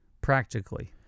practically